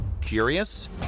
Curious